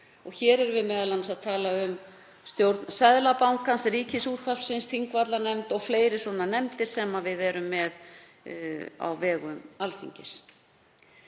Hér erum við m.a. að tala um stjórn Seðlabankans, Ríkisútvarpsins, Þingvallanefnd og fleiri nefndir sem við erum með á vegum Alþingis.